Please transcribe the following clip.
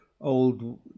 old